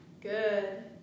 good